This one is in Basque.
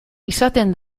izaten